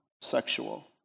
sexual